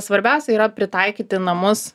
svarbiausia yra pritaikyti namus